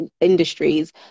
industries